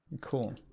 cool